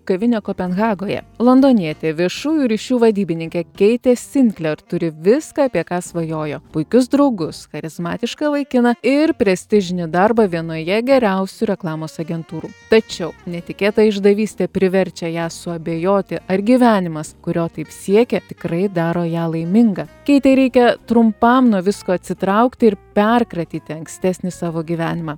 kavinė kopenhagoje londonietė viešųjų ryšių vadybininkė keitė sinkler turi viską apie ką svajojo puikius draugus charizmatišką vaikiną ir prestižinį darbą vienoje geriausių reklamos agentūrų tačiau netikėta išdavystė priverčia ją suabejoti ar gyvenimas kurio taip siekia tikrai daro ją laimingą keitei reikia trumpam nuo visko atsitraukti ir perkratyti ankstesnį savo gyvenimą